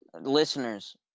Listeners